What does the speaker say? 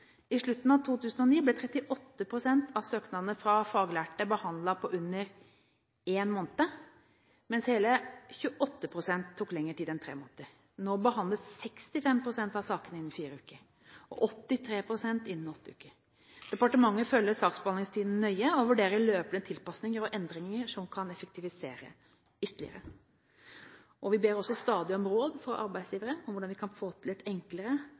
I slutten av 2009 ble 38 pst. av søknadene fra faglærte behandlet på under én måned, mens hele 28 pst. tok lengre tid enn tre måneder. Nå behandles 65 pst. av sakene innen fire uker og 83 pst. innen åtte uker. Departementet følger saksbehandlingstiden nøye og vurderer løpende tilpasninger og endringer som kan effektivisere ytterligere. Vi ber også stadig om råd fra arbeidsgivere om hvordan vi kan få til et enklere